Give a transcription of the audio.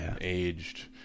aged